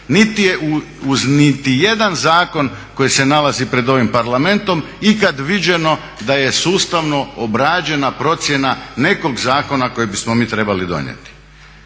niti je uz niti jedan zakon koji se nalazi pred ovim parlamentom ikad viđeno da je sustavno obrađena procjena nekog zakona kojeg bismo mi trebali donijeti